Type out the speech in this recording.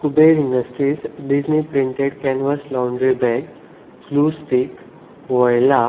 Kuber industries Disney printed canvas laundry bag glue stick voila